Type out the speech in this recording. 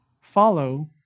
follow